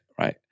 right